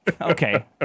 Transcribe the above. Okay